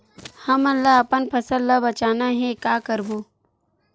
हमन ला अपन फसल ला बचाना हे का करबो?